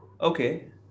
Okay